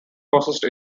processed